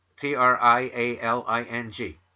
T-R-I-A-L-I-N-G